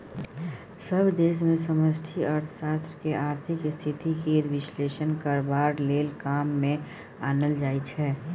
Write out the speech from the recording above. सभ देश मे समष्टि अर्थशास्त्र केँ आर्थिक स्थिति केर बिश्लेषण करबाक लेल काम मे आनल जाइ छै